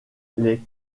les